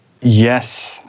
yes